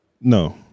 No